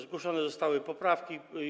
Zgłoszone zostały poprawki.